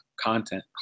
content